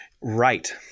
Right